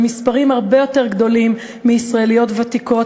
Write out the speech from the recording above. במספרים הרבה יותר גדולים מישראליות ותיקות,